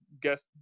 guess